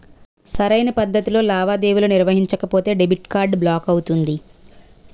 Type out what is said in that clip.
సరైన పద్ధతిలో లావాదేవీలు నిర్వహించకపోతే డెబిట్ కార్డ్ బ్లాక్ అవుతుంది